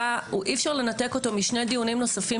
אי-אפשר לנתק אותו משני דיונים נוספים